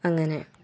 അങ്ങനെ